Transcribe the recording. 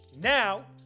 Now